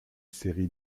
série